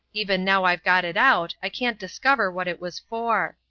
even now i've got it out i can't discover what it was for.